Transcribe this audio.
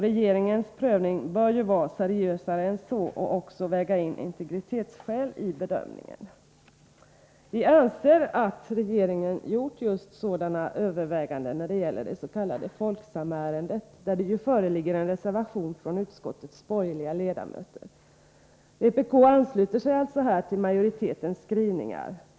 Regeringens prövning bör vara seriösare än så och även väga in integritetsskäl i bedömningen. Vi anser att regeringen har gjort just sådana överväganden när det gäller dets.k. Folksamärendet, där det ju föreligger en reservation från utskottets borgerliga ledamöter. Vpk ansluter sig alltså här till majoritetens skrivningar.